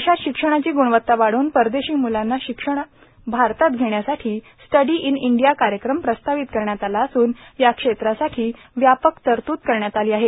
देशात शिक्षणाची ग्णवत्ता वाढव्न परदेशी म्लांना शिक्षण भारतात घेण्यासाठी स्टडी इन इंडिया कार्यक्रम प्रस्तावित करण्यात आला असून या क्षेत्रासाठी व्यापक तरतूद करण्यात आली आहे